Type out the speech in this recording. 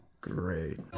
Great